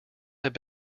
have